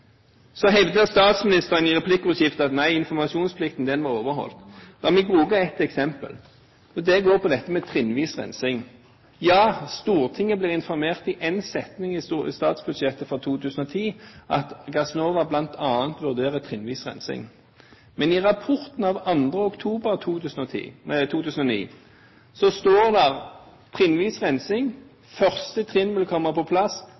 Så hevder statsministeren i replikkordskiftet at informasjonsplikten er overholdt. La meg bruke et eksempel. Det går på dette med trinnvis rensing. Ja, Stortinget ble informert i én setning i statsbudsjettet for 2010 om at Gassnova bl.a. vurderer trinnvis rensing. Men i rapporten av 2. oktober 2009 står det at trinnvis rensing første trinn vil komme på plass